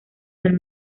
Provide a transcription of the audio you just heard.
del